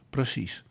Precies